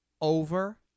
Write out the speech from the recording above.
over